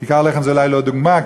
כיכר לחם זה אולי לא דוגמה,